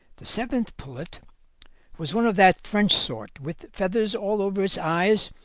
the seventh pullet was one of that french sort, with feathers all over its eyes,